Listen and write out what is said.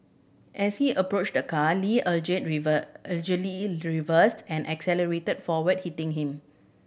as he approached the car Lee reversed and accelerated forward hitting him